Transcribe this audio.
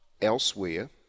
elsewhere